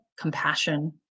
compassion